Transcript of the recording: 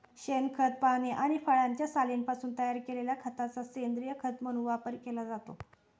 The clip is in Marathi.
शेणखत, पाने आणि फळांच्या सालींपासून तयार केलेल्या खताचा सेंद्रीय खत म्हणून वापर केला जातो